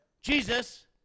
Jesus